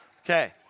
Okay